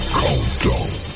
countdown